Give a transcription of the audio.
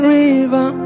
river